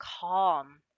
calm